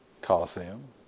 Coliseum